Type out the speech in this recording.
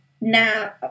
now